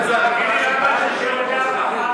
למה ששירותי הרווחה,